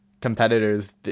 competitors